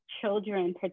children